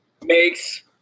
makes